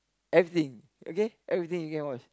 everything okay everything you can wash